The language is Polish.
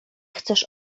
chcesz